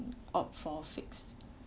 opt for fixed